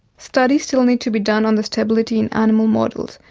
studies still need to be done on the stability in animal models.